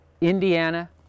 Indiana